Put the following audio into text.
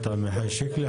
הכנסת עמיחי שיקלי.